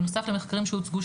בנוסף למחקרים שהוצגו,